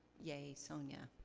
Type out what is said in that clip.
yay, sonya.